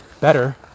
better